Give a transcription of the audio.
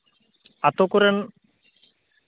ᱟᱹᱛᱩ ᱠᱚᱨᱮᱱ